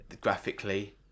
Graphically